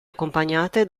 accompagnate